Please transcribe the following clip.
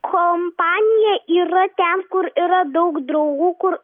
kompanija yra ten kur yra daug draugų kur